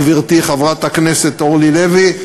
גברתי חברת הכנסת אורלי לוי,